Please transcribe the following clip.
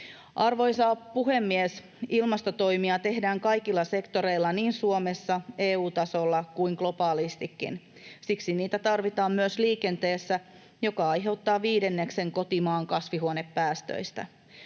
Arvoisa puhemies! Ilmastotoimia tehdään kaikilla sektoreilla niin Suomessa, EU-tasolla kuin globaalistikin. Siksi niitä tarvitaan myös liikenteessä, joka aiheuttaa viidenneksen kotimaan kasvihuonepäästöistä.